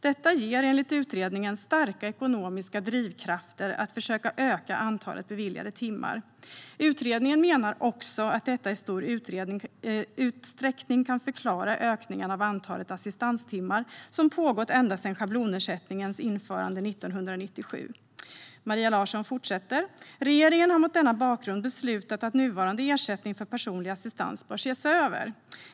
Detta ger enligt utredningen starka ekonomiska drivkrafter att försöka öka antalet beviljade timmar. Utredningen menar också att detta i stor utsträckning kan förklara ökningen av antalet assistanstimmar som pågått ända sedan schablonersättningens införande 1997. Maria Larsson fortsätter: Regeringen har mot denna bakgrund beslutat att nuvarande ersättning för personlig assistans bör ses över.